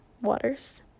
waters